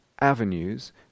avenues